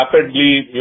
rapidly